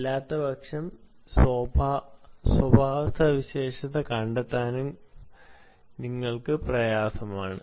അല്ലാത്തപക്ഷം സ്വഭാവ സവിശേഷത കണ്ടെത്താനും കണ്ടെത്താനും നിങ്ങൾക്ക് പ്രയാസമാണ്